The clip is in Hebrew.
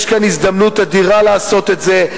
יש כאן הזדמנות אדירה לעשות את זה,